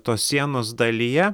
tos sienos dalyje